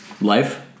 life